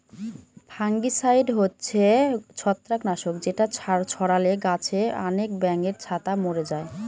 fungicide হচ্ছে ছত্রাক নাশক যেটা ছড়ালে গাছে আনেক ব্যাঙের ছাতা মোরে যায়